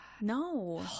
No